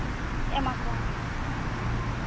ᱮᱢᱟ ᱠᱚᱣᱟ